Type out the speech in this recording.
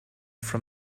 from